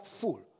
full